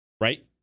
right